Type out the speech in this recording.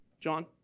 John